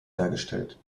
hergestellt